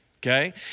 Okay